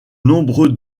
nombreux